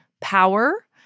power